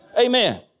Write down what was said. Amen